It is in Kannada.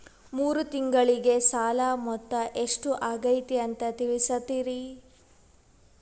ಮೂರು ತಿಂಗಳಗೆ ಸಾಲ ಮೊತ್ತ ಎಷ್ಟು ಆಗೈತಿ ಅಂತ ತಿಳಸತಿರಿ?